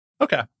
Okay